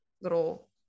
little